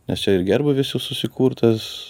ne čia ir gerbūvis jau susikurtas